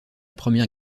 première